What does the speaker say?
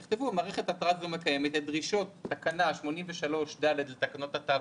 תכתבו: "מערכת התרעה זו מקיימת את דרישות תקנה 83ד לתקנות התעבורה",